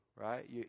Right